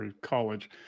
college